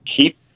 keep